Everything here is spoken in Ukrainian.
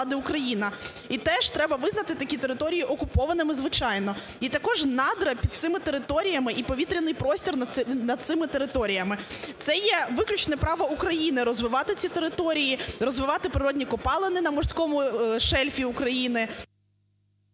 Україна, і теж треба визнати такі території окупованими, звичайно. І також надра під цими територіями, і повітряний простір над цими територіями це є виключне право України розвивати ці території, розвивати природні копалини на морському шельфі України.